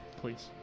Please